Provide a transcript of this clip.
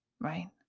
Right